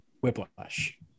Whiplash